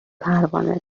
پروانه